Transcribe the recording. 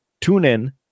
TuneIn